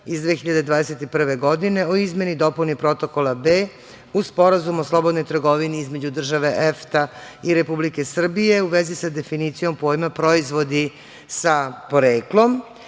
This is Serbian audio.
iz 2021. godine o izmeni i dopuni Protokola B, uz Sporazum o slobodnoj trgovini između države EFTA i Republike Srbije u vezi sa definicijom pojma proizvodi sa poreklom